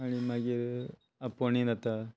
आनी मागीर आपोणें